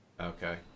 Okay